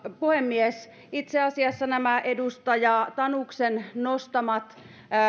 puhemies itse asiassa nämä edustaja tanuksen nostamat